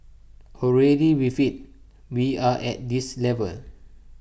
already with IT we are at this level